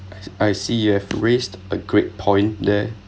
I see you have raised a great point there